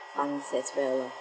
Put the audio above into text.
funds as well loh